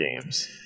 games